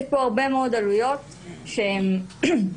יש פה הרבה מאוד עלויות שהן נגזרות